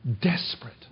Desperate